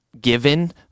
given